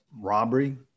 robbery